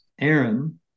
Aaron